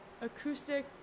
acoustic